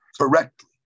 correctly